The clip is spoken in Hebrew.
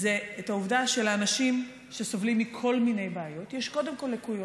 זה את העובדה שלאנשים שסובלים מכל מיני בעיות יש קודם כול לקויות.